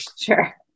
Sure